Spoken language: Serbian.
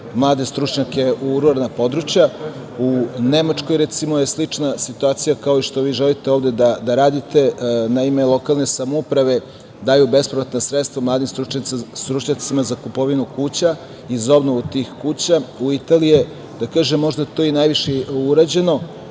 mlade stručnjake u ruralna područja. U Nemačkoj, recimo je slična situacija kao i što vi želite ovde da radite, naime lokalne samouprave daju bespovratna sredstva mladim stručnjacima za kupovinu kuća i za obnovu tih kuća. U Italije je, da kažem, možda to i najviše je i urađeno,